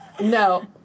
No